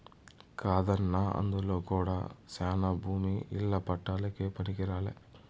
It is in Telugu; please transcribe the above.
కాదన్నా అందులో కూడా శానా భూమి ఇల్ల పట్టాలకే పనికిరాలే